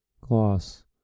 Gloss